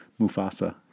Mufasa